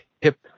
hip